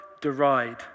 deride